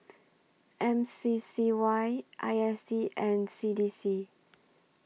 M C C Y I S D and C D C